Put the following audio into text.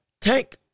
Tank